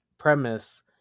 premise